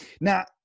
Now